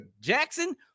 Jackson